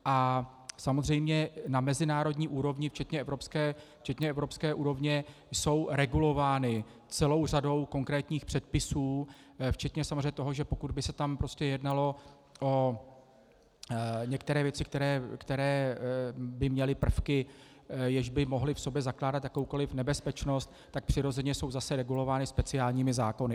A samozřejmě na mezinárodní úrovni včetně evropské úrovně jsou regulovány celou řadou konkrétních předpisů včetně samozřejmě toho, že pokud by se tam jednalo o některé věci, které by měly prvky, jež by mohly v sobě zakládat jakoukoli nebezpečnost, tak přirozeně jsou zase regulovány speciálními zákony.